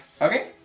Okay